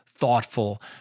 thoughtful